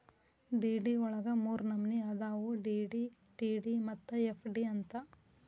DD ವಳಗ ಮೂರ್ನಮ್ನಿ ಅದಾವು ಡಿ.ಡಿ, ಟಿ.ಡಿ ಮತ್ತ ಎಫ್.ಡಿ ಅಂತ್